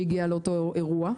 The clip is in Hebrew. שהגיע לאותו אירוע,